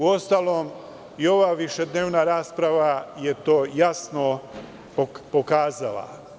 Uostalom, ova višednevna rasprava je to jasno pokazala.